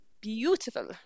Beautiful